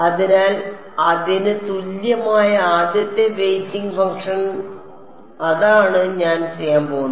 അതിനാൽ അതിന് തുല്യമായ ആദ്യത്തെ വെയ്റ്റിംഗ് ഫംഗ്ഷൻ അതാണ് ഞാൻ ചെയ്യാൻ പോകുന്നത്